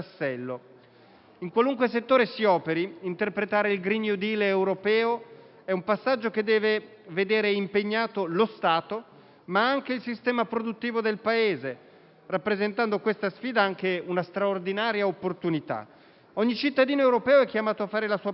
In qualunque settore si operi, interpretare il *green new deal* europeo è un passaggio che deve vedere impegnato lo Stato, ma anche il sistema produttivo del Paese, rappresentando questa sfida anche una straordinaria opportunità. Ogni cittadino europeo è chiamato a fare la sua parte